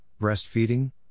breastfeeding